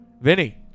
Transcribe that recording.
Vinny